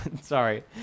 Sorry